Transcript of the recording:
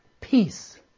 peace